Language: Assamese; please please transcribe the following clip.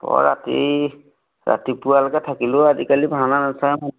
অঁ ৰাতি ৰাতিপুৱালৈকে থাকিলেও আজিকালি ভাওনা নাচাই